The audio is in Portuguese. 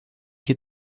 que